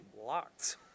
locked